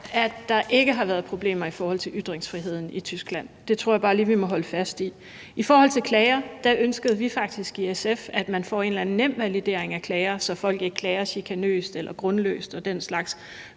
at der ikke har været problemer i forhold til ytringsfriheden i Tyskland. Det tror jeg bare lige vi må holde fast i. I forhold til klager ønskede vi faktisk i SF, at man får en eller anden nem validering af klager, så folk ikke klager chikanøst eller grundløst og den slags,